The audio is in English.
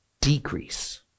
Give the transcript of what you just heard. decrease